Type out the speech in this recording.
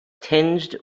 tinged